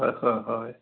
হয় হয় হয়